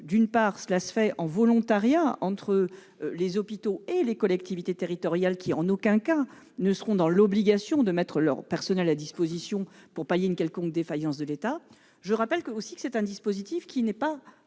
se fait sur la base du volontariat entre les hôpitaux et les collectivités territoriales ; en aucun cas ces dernières ne seront dans l'obligation de mettre leurs personnels à disposition pour pallier une quelconque défaillance de l'État. Je rappelle aussi que ce dispositif n'est pas